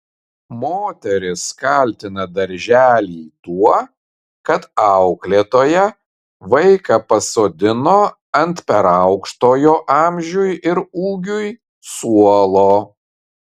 moteris kaltina darželį tuo kad auklėtoja vaiką pasodino ant per aukšto jo amžiui ir ūgiui suolo